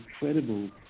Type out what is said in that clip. incredible